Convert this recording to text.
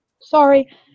sorry